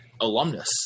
alumnus